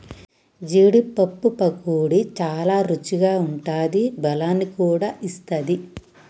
జీడీ పప్పు పకోడీ చాల రుచిగా ఉంటాది బలాన్ని కూడా ఇస్తది